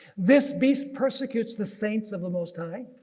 this beast persecutes the saints of the most high,